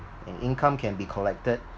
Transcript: and income can be collected